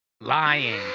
Lying